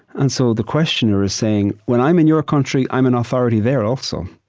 and so the questioner is saying, when i'm in your country, i'm an authority there, also.